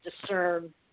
discern